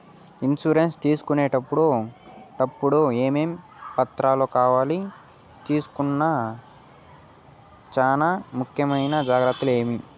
Insurance తీసుకునేటప్పుడు టప్పుడు ఏమేమి పత్రాలు కావాలి? తీసుకోవాల్సిన చానా ముఖ్యమైన జాగ్రత్తలు ఏమేమి?